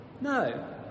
no